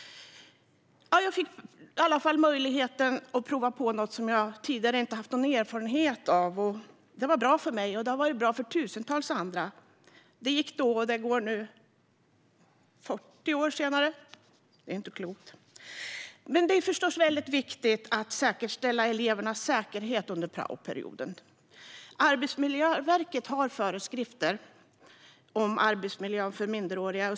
Jag fick möjligheten att prova på något som jag tidigare inte haft någon erfarenhet av. Det var bra för mig, och det har varit bra för tusentals andra. Det gick då, och det går nu, 40 år senare - det är inte klokt! Det är förstås väldigt viktigt att garantera elevernas säkerhet under praoperioden. Arbetsmiljöverket har föreskrifter om arbetsmiljön för minderåriga.